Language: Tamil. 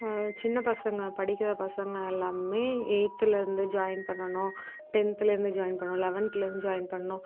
சின்னப் பசங்க படிக்கிற பசங்க எல்லோருமே எய்த்துலேருந்து ஜாயின் பண்ணணும் டென்த்லேருந்து ஜாயின் பண்ணணும் லெவன்த்லேருந்து ஜாயின் பண்ணணும்